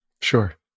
Sure